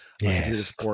yes